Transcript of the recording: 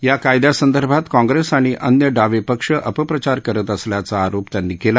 या कायद्यासंदर्भात काँप्रेस आणि अन्य डावे पक्ष अपप्रचार करत असल्याचा आरोप त्यांनी केला